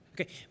Okay